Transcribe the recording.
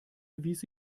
wies